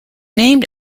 named